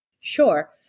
Sure